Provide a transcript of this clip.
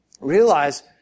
realize